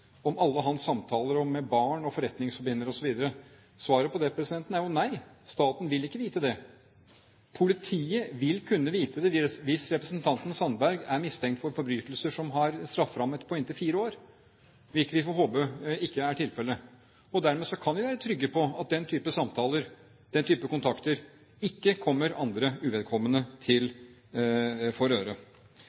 om alle hans samtaler, med barn, forretningsforbindelse osv. Svaret på det er jo nei. Staten vil ikke vite det. Politiet vil kunne vite det hvis representanten Sandberg er mistenkt for forbrytelser som har en strafferamme på inntil fire år, hvilket vi får håpe ikke er tilfellet. Dermed kan vi være trygge på at den type samtaler, den type kontakter, ikke kommer andre, uvedkommende, for øre. Når det så gjelder referansene som er gjort til